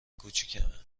کوچیکمه